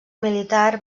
militar